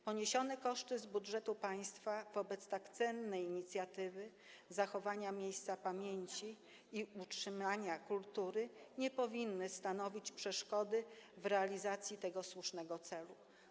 Poniesione koszty z budżetu państwa wobec tak cennej inicjatywy zachowania miejsca pamięci i utrzymania kultury nie powinny stanowić przeszkody w realizacji tego słusznego celu.